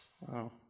Wow